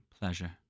pleasure